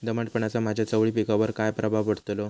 दमटपणाचा माझ्या चवळी पिकावर काय प्रभाव पडतलो?